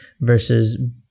versus